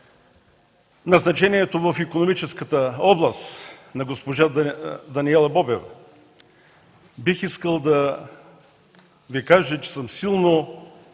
назначението в икономическата област на госпожа Даниела Бобева бих искал да Ви кажа, че съм силно